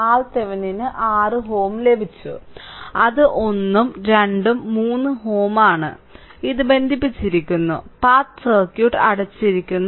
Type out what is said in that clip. RThevenin ന് 6Ω ലഭിച്ചു അത് 1 ഉം 2 ഉം 3 Ω ആണ് ഇത് ബന്ധിപ്പിച്ചിരിക്കുന്നു പാത്ത് സർക്യൂട്ട് അടച്ചിരിക്കുന്നു